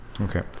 Okay